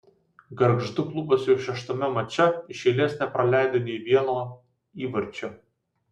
gargždų klubas jau šeštame mače iš eilės nepraleido nei vieno įvarčio